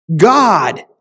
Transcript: God